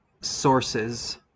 sources